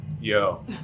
Yo